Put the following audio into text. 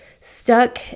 stuck